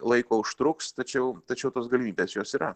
laiko užtruks tačiau tačiau tos galimybės jos yra